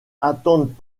attendent